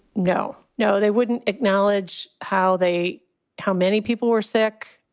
no. no, they wouldn't acknowledge how they how many people were sick.